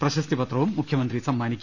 പ്രശസ്തിപത്രവും മുഖ്യമന്ത്രി സമ്മാനിക്കും